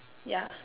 ya